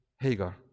Hagar